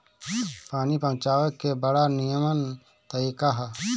पानी पहुँचावे के बड़ा निमन तरीका हअ